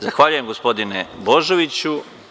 Zahvaljujem, gospodine Božoviću.